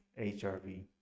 hrv